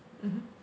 mmhmm